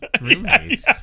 roommates